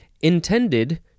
Intended